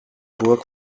burg